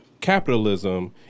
capitalism